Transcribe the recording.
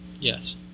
Yes